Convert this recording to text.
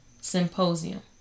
Symposium